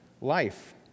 life